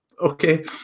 Okay